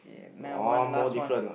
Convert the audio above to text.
okay now one last one